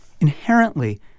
inherently